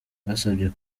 basabye